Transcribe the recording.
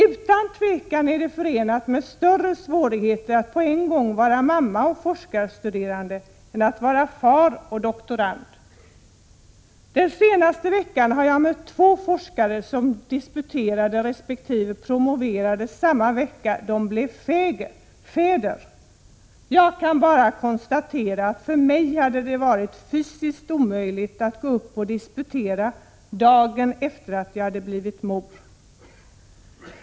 Utan tvivel är det förenat med större svårigheter att på en gång vara mamma och forskarstuderande än att vara far och doktorand. Den senaste veckan har jag mött två forskare som disputerade resp. promoverades samma vecka som de blev fäder. Jag kan bara konstatera att det för mig hade varit fysiskt omöjligt att gå upp och disputera dagen efter det att jag hade blivit mor.